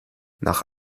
nach